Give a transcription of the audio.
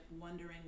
wondering